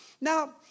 Now